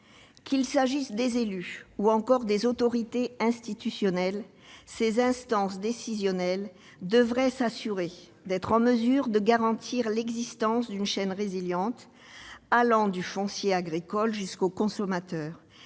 Qu'il s'agisse des élus ou des autorités institutionnelles, les instances décisionnelles devraient s'assurer d'être en mesure de garantir l'existence d'une chaîne résiliente allant du foncier agricole jusqu'au consommateur.